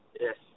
yes